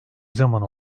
zaman